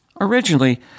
Originally